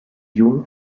jun